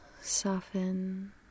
soften